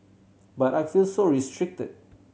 but I felt so restricted